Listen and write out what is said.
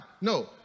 no